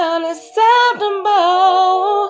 Unacceptable